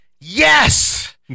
Yes